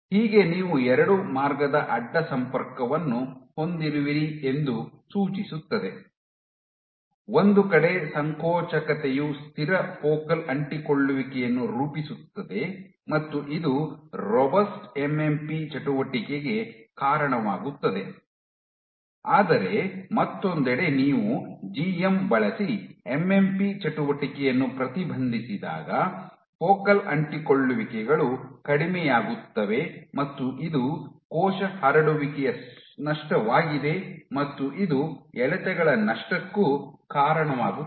ಹೀಗೆ ನೀವು ಎರಡು ಮಾರ್ಗದ ಅಡ್ಡ ಸಂಪರ್ಕವನ್ನು ಹೊಂದಿರುವಿರಿ ಎಂದು ಸೂಚಿಸುತ್ತದೆ ಒಂದು ಕಡೆ ಸಂಕೋಚಕತೆಯು ಸ್ಥಿರ ಫೋಕಲ್ ಅಂಟಿಕೊಳ್ಳುವಿಕೆಯನ್ನು ರೂಪಿಸುತ್ತದೆ ಮತ್ತು ಇದು ರೋಬಸ್ಟ್ ಎಂಎಂಪಿ ಚಟುವಟಿಕೆಗೆ ಕಾರಣವಾಗುತ್ತದೆ ಆದರೆ ಮತ್ತೊಂದೆಡೆ ನೀವು ಜಿಎಂ ಬಳಸಿ ಎಂಎಂಪಿ ಚಟುವಟಿಕೆಯನ್ನು ಪ್ರತಿಬಂಧಿಸಿದಾಗ ಫೋಕಲ್ ಅಂಟಿಕೊಳ್ಳುವಿಕೆಗಳು ಕಡಿಮೆಯಾಗುತ್ತವೆ ಮತ್ತು ಇದು ಕೋಶ ಹರಡುವಿಕೆಯ ನಷ್ಟವಾಗಿದೆ ಮತ್ತು ಇದು ಎಳೆತಗಳ ನಷ್ಟಕ್ಕೂ ಕಾರಣವಾಗುತ್ತದೆ